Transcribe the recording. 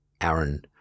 Aaron